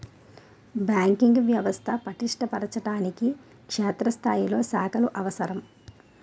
banking వ్యవస్థ పటిష్ట పరచడానికి క్షేత్రస్థాయిలో శాఖలు అవసరం